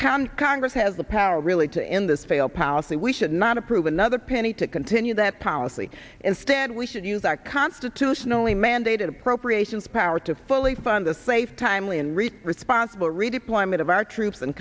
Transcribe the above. can congress has the power really to end this failed policy we should not approve another penny to continue that policy instead we should use our constitutionally mandated appropriations power to fully fund the safe timely and return possible redeployment of our troops and